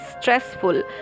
stressful